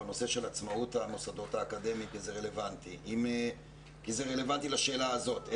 בנושא של עצמאות המוסדות האקדמיים כי זה רלוונטי לשאלה הזאת.